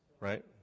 Right